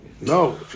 No